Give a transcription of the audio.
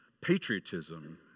patriotism